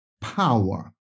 Power